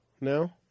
No